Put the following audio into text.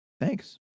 Thanks